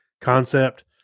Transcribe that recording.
concept